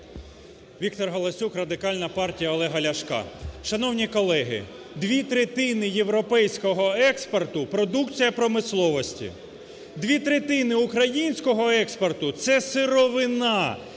Віктор Галасюк, Радикальна партія Олега Ляшка. Шановні колеги, дві третини європейського експорту – продукція промисловості. Дві третини українського експорту – це сировина